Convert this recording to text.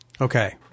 Okay